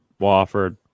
Wofford